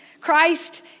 Christ